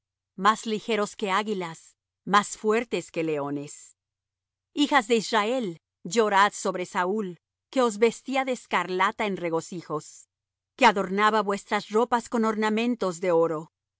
más ligeros que águilas más fuertes que leones hijas de israel llorad sobre saúl que os vestía de escarlata en regocijos que adornaba vuestras ropas con ornamentos de oro